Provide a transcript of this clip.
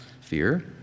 Fear